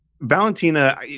Valentina